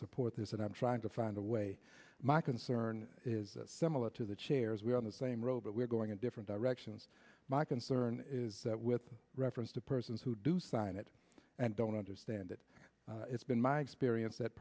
support this and i'm trying to find a way my concern is similar to the chairs we on the same row but we're going in different directions my concern is that with reference to persons who do sign it and don't understand it it's been my experience that